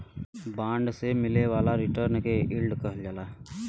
bond से मिले वाला रिटर्न के यील्ड कहल जाला